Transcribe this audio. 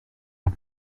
two